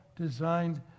designed